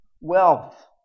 wealth